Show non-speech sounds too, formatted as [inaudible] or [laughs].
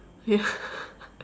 ya [laughs]